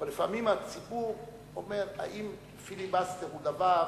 אבל לפעמים הציבור אומר אם פיליבסטר הוא דבר,